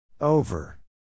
Over